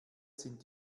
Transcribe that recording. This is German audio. sind